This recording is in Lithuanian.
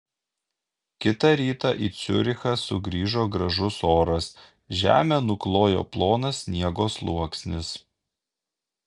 kitą rytą į ciurichą sugrįžo gražus oras žemę nuklojo plonas sniego sluoksnis